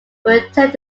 returned